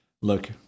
Look